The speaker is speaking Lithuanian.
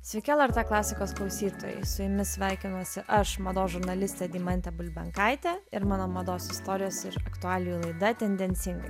sveiki lrt klasikos klausytojai su jumis sveikinuosi aš mados žurnalistė deimantė bulbenkaitė ir mano mados istorijos ir aktualijų laida tendencingai